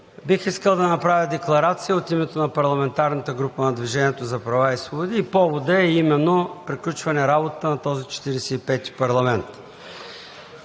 бих искал да направя декларация от името на парламентарната група на „Движението за права и свободи“ и поводът е именно приключване на работата на този 45-и парламент.